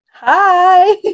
Hi